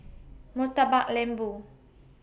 Murtabak Lembu